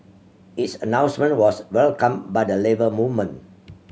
its announcement was welcomed by the Labour Movement